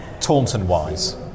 Taunton-wise